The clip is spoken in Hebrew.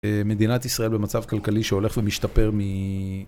מדינת ישראל במצב כלכלי שהולך ומשתפר מ...